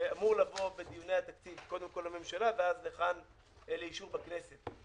שאמור לבוא בדיוני התקציב קודם כול לממשלה ואז לכאן לאישור בכנסת.